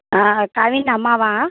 கவின் அம்மாவா